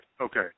Okay